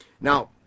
Now